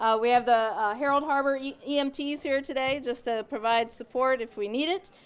ah we have the harold harbor yeah emts here today, just to provide support if we need it.